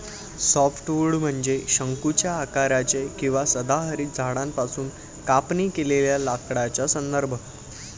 softwood म्हणजे शंकूच्या आकाराचे किंवा सदाहरित झाडांपासून कापणी केलेल्या लाकडाचा संदर्भ